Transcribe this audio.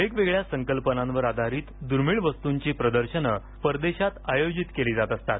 वेगवेगळ्या संकल्पनांवर आधारित दूर्मिळ वस्तूंची प्रदर्शनं परदेशांत आयोजित केली जात असतात